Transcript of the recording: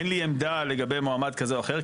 אין לי עמדה לגבי מועמד כזה או אחר,